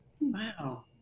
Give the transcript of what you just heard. Wow